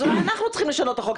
אולי אנחנו צריכים לשנות את החוק.